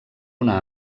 una